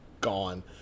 Gone